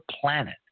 planet